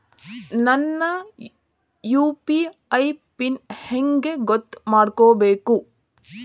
ನನ್ನ UPI pin ಹೆಂಗ್ ಗೊತ್ತ ಮಾಡ್ಕೋಬೇಕು?